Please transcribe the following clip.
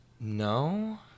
No